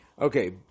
Okay